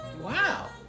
Wow